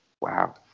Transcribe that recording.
Wow